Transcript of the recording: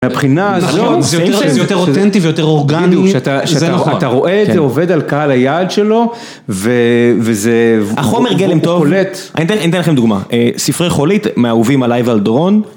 מהבחינה הזאת, זה יותר אותנטי ויותר אורגני, שאתה רואה את זה עובד על קהל היעד שלו. החומר גלם טוב? אני אתן לכם דוגמה, ספרי חולית, מהאהובים עליי ועל דורון